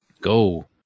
go